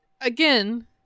again